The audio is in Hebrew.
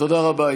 תודה רבה.